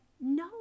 no